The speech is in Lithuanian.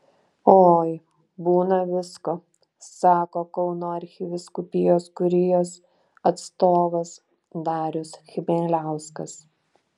oi būna visko sako kauno arkivyskupijos kurijos atstovas darius chmieliauskas